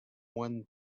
won